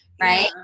right